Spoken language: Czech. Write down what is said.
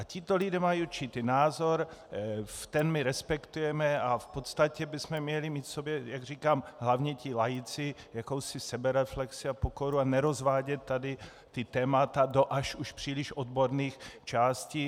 Tito lidé mají určitý názor, ten my respektujeme a v podstatě bychom měli mít v sobě, jak říkám, hlavně ti laici, jakousi sebereflexi a pokoru a nerozvádět tady témata do až už příliš odborných částí.